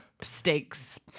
stakes